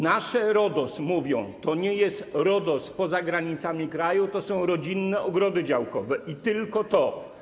Nasze Rodos - mówią - to nie jest Rodos poza granicami kraju, to są rodzinne ogrody działkowe i tylko to.